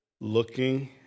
looking